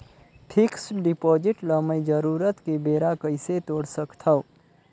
Fixed deposit ल मैं जरूरत के बेरा कइसे तोड़ सकथव?